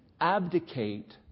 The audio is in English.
abdicate